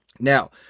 Now